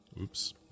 Oops